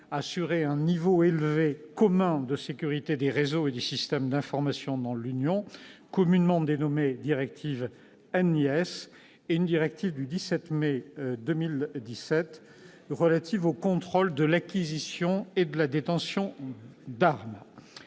assurer un niveau élevé commun de sécurité des réseaux et des systèmes d'information dans l'Union, communément dénommée « directive NIS », et une directive du 17 mai 2017 relative au contrôle de l'acquisition et de la détention d'armes,